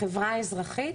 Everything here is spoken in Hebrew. החברה האזרחית,